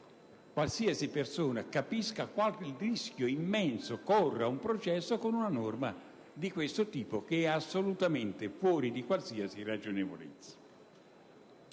qualsiasi persona capisca quale rischio immenso corra un processo con una norma di questo tipo, che è assolutamente fuori da qualsiasi ragionevolezza.